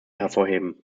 hervorheben